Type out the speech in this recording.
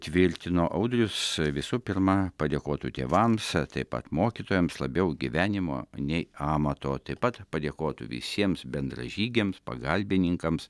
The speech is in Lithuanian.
tvirtino audrius visų pirma padėkotų tėvams taip pat mokytojams labiau gyvenimo nei amato taip pat padėkotų visiems bendražygiams pagalbininkams